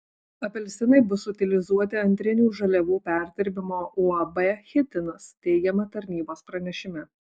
apelsinai bus utilizuoti antrinių žaliavų perdirbimo uab chitinas teigiama tarnybos pranešime